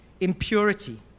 impurity